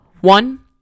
one